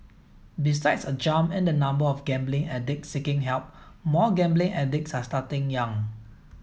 besides a jump in the number of gambling addicts seeking help more gambling addicts are starting young